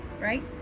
right